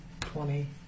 Twenty